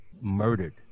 murdered